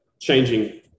changing